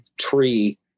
tree